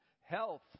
health